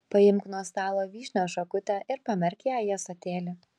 paimk nuo stalo vyšnios šakutę ir pamerk ją į ąsotėlį